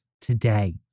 today